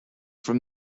from